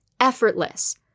Effortless